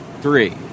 three